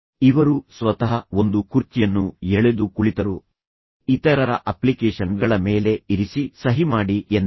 ಇವರು ಸ್ವತಃ ಒಂದು ಕುರ್ಚಿಯನ್ನು ಎಳೆದು ಕುಳಿತರು ಇತರರ ಅಪ್ಲಿಕೇಶನ್ ಗಳ ಮೇಲೆ ಇರಿಸಿ ಸಹಿ ಮಾಡಿ ಎಂದರು